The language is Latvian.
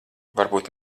varbūt